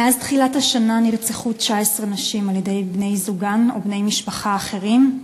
מאז תחילת השנה נרצחו 19 נשים על-ידי בני-זוגן או בני משפחה אחרים,